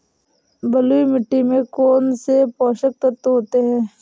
बलुई मिट्टी में कौनसे पोषक तत्व होते हैं?